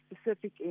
specific